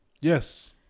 Yes